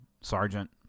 sergeant